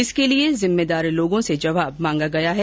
इसके लिये जिम्मेदारों से जवाब मांगा गया है